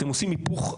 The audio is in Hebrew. אתם עושים היפוך,